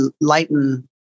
lighten